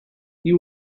you